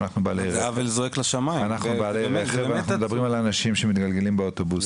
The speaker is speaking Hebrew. אנחנו מדברים על אנשים שמתגלגלים באוטובוסים.